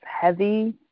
heavy